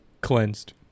cleansed